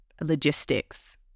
logistics